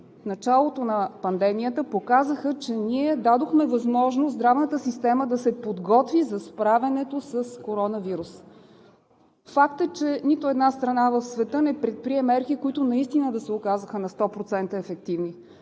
началото на пандемията показаха, че дадохме възможност здравната система да се подготви за справянето с коронавируса. Факт е, че нито една страна в света не предприе мерки, които да се окажат на 100% ефективни